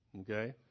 okay